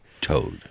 Told